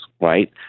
right